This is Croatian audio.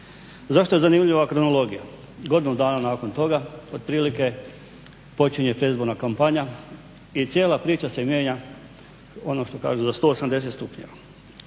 Zašto je zanimljiva ova kronologija? Godinu dana nakon toga otprilike počinje predizborna kampanja i cijela priča se mijenja ono što kažu za 180 stupnjeva.